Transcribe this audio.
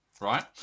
right